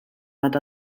bat